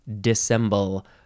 Dissemble